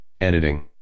Editing